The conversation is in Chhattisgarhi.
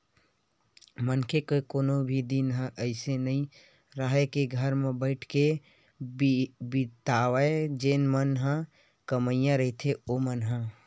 मनखे के कोनो भी दिन ह अइसे नइ राहय के घर म बइठ के बितावय जेन मन ह कमइया रहिथे ओमन ह